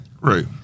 Right